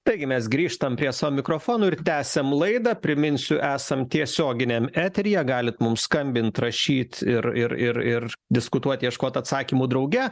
taigi mes grįžtam prie savo mikrofonų ir tęsiam laidą priminsiu esam tiesioginiam eteryje galit mums skambint rašyt ir ir ir ir diskutuot ieškot atsakymų drauge